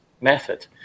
method